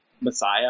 Messiah